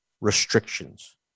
restrictions